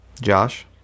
josh